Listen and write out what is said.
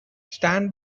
stand